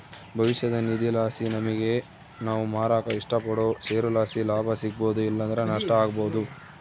ಭವಿಷ್ಯದ ನಿಧಿಲಾಸಿ ನಮಿಗೆ ನಾವು ಮಾರಾಕ ಇಷ್ಟಪಡೋ ಷೇರುಲಾಸಿ ಲಾಭ ಸಿಗ್ಬೋದು ಇಲ್ಲಂದ್ರ ನಷ್ಟ ಆಬೋದು